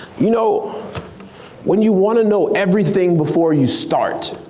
you know when you want to know everything before you start.